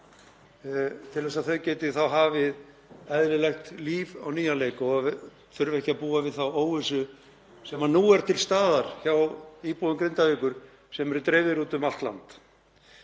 þess að þau geti hafið eðlilegt líf á nýjan leik og þurfi ekki að búa við þá óvissu sem nú er til staðar hjá íbúum Grindavíkur sem eru dreifðir úti um allt land.